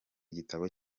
igitabo